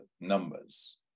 numbers